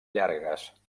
llargues